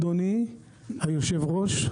אדוני היושב-ראש,